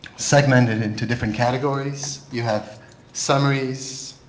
segmented into different categories. you have summaries,